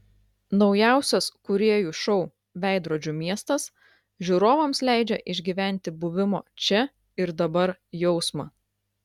naujausias kūrėjų šou veidrodžių miestas žiūrovams leidžia išgyventi buvimo čia ir dabar jausmą